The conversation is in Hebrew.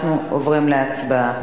אנחנו עוברים להצבעה.